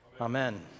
Amen